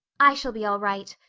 i shall be all right.